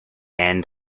end